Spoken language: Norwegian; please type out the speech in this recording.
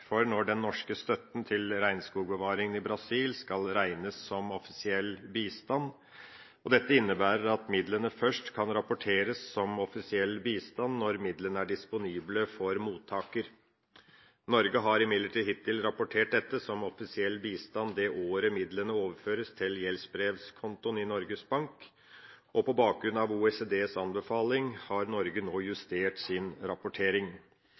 for når den norske støtten til regnskogbevaringa i Brasil skal regnes som offisiell bistand. Dette innebærer at midlene først kan rapporteres som offisiell bistand når midlene er disponible for mottaker. Norge har imidlertid hittil rapportert dette som offisiell bistand det året midlene overføres til gjeldsbrevkontoen i Norges Bank, og på bakgrunn av OECDs anbefaling har Norge nå justert sin rapportering.